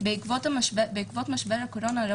בעקבות משבר הקורונה,